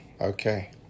Okay